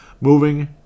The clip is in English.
Moving